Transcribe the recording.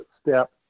step